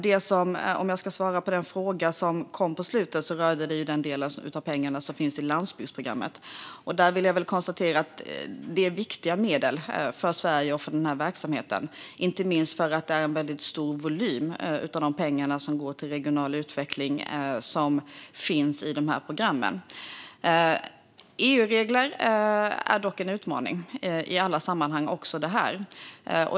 För att svara på den fråga som kom på slutet och rörde den del av pengarna som finns i landsbygdsprogrammet kan jag konstatera att det är viktiga medel för Sverige och för den här verksamheten, inte minst för att en väldigt stor del av de pengar som går till regional utveckling finns i de här programmen. EU-regler är dock en utmaning i alla sammanhang, också det här.